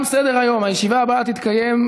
25 תומכים,